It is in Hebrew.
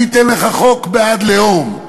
אני אתן לך חוק בעד לאום,